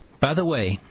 by the way,